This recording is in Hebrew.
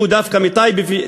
שהוא דווקא מטייבה,